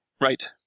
right